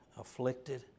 afflicted